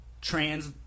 trans